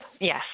yes